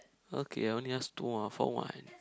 okay I only ask two ah for one